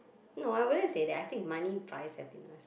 no I wouldn't say that I think money buys happiness